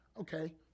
Okay